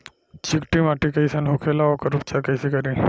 चिकटि माटी कई सन होखे ला वोकर उपचार कई से करी?